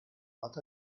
but